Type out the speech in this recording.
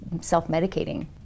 self-medicating